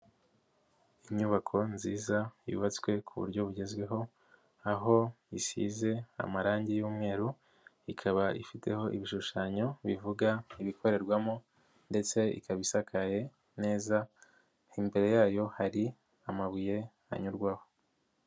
Inyubako nziza yubatswe ku buryo bugezweho aho isize amarangi y'umweru ikaba ifiteho ibishushanyo bivuga ibikorerwamo ndetse ikaba isakaye neza, imbere yayo hari amabuye anyurwaho.